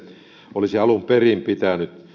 olisi alun perin pitänyt